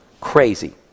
crazy